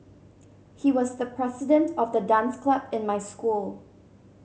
he was the president of the dance club in my school